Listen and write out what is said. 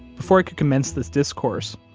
before i could commence this discourse,